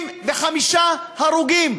25 הרוגים,